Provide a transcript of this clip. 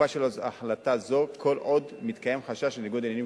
תוקפה של החלטה זו כל עוד מתקיים חשש לניגוד עניינים,